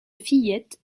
fillette